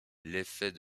l’effet